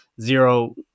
zero